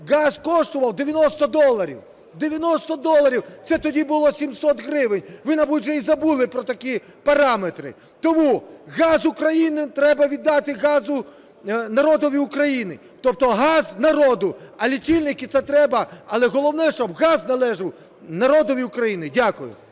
газ коштував 90 доларів. 90 доларів! Це тоді було 700 гривень. Ви, мабуть, вже й забули про такі параметри. Тому газ України треба віддати народові України. Тобто газ – народу! А лічильники, це треба, але головне, щоб газ належав народові України. Дякую.